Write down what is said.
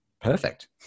perfect